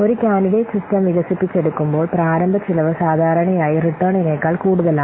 ഒരു candidate system വികസിപ്പിച്ചെടുക്കുമ്പോൾ പ്രാരംഭ ചെലവ് സാധാരണയായി റിട്ടേണിനേക്കാൾ കൂടുതലാണ്